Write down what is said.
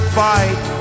fight